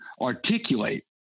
articulate